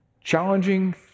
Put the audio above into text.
challenging